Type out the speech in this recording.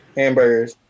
hamburgers